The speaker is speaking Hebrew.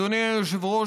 אדוני היושב-ראש,